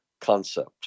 concept